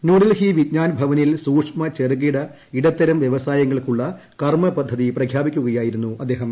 ന്യൂഡൽഹി വിജ്ഞാൻഭവനിൽ സൂക്ഷ്മ ചെറുകിട ഇടത്തരം വ്യവസായങ്ങൾക്കുള്ള കർമ്മ പദ്ധതി പ്രഖ്യാപിക്കുകയായിരുന്നു അദ്ദേഹം